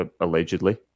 allegedly